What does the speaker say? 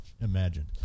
imagined